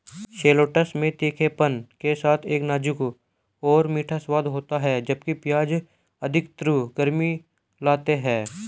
shallots में तीखेपन के साथ एक नाजुक और मीठा स्वाद होता है, जबकि प्याज अधिक तीव्र गर्मी लाते हैं